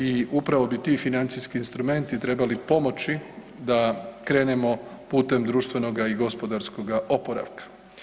I upravo bi ti financijski instrumenti trebali pomoći da krenemo putem društvenoga i gospodarskoga oporavka.